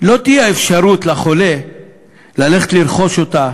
לא תהיה אפשרות לחולה לרכוש אותה